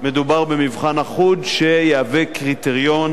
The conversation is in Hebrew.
מדובר במבחן אחוד שיהווה קריטריון